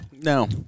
No